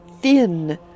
thin